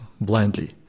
blindly